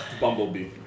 Bumblebee